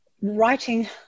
writing